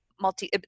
multi